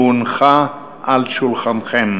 שהונחה על שולחנכם.